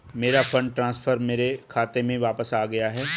मेरा fund transfer मेरे खाते में वापस आ गया है